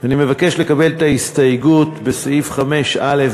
אני מבקש לקבל את ההסתייגות בסעיף 5(א):